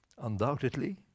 undoubtedly